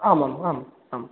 आमाम् आम् आम्